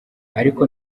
ariko